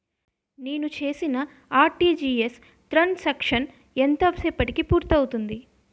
నేను చేసిన RTGS transaction ఎంత సేపటికి పూర్తి అవుతుంది?